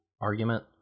argument